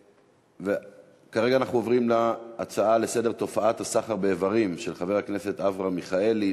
כרגע אנחנו עוברים להצעה לסדר-היום של חבר הכנסת אברהם מיכאלי,